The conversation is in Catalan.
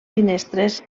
finestres